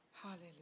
Hallelujah